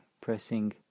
pressing